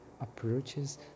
approaches